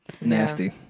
Nasty